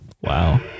wow